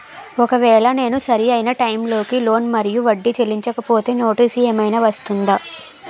ఒకవేళ నేను సరి అయినా టైం కి లోన్ మరియు వడ్డీ చెల్లించకపోతే నోటీసు ఏమైనా వస్తుందా?